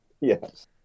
Yes